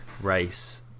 race